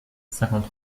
cinquante